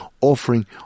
offering